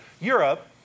Europe